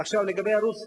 עכשיו, לגבי ערוץ טלוויזיה,